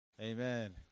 Amen